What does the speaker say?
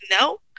no